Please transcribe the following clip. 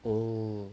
oh